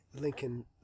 Lincoln